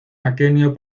aquenio